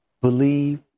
believe